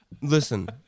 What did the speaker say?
Listen